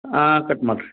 ಹಾಂ ಕಟ್ ಮಾಡಿರಿ